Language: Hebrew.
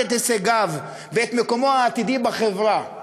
את הישגיו ואת מקומות העתידי בחברה.